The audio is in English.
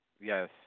Yes